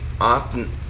often